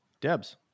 Debs